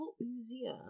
museum